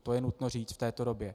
To je nutno říct v této době.